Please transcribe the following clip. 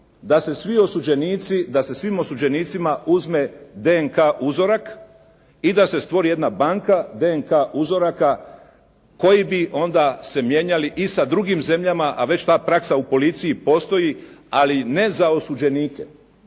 da se svim osuđenicima uzme DNK uzorak i da se stvori jedna banka DNK uzoraka koji bi onda se mijenjali i sa drugim zemljama, a već ta praksa u policiji i postoji, ali ne za osuđenike.